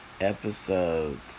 episodes